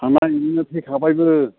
थांबाय बेदिनो फैखाबायबो